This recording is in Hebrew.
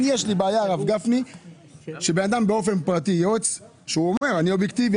לי יש בעיה שבן אדם באופן פרטי הוא אומר הוא אובייקטיבי,